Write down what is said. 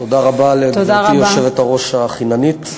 תודה רבה לגברתי היושבת-ראש החיננית.